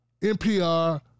NPR